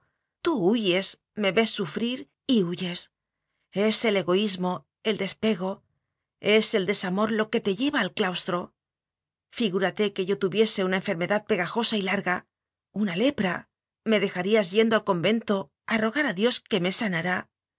egoísmo tú huyes me ves sufrir y huyes es el egoísmo es el despego es el desamor lo que te lleva al claustro fi gúrate que yo tuviese una enfermedad pega josa y larga una lepra me dejarías yendo al convento a rogar por dios que me sanara